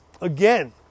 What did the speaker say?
again